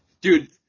Dude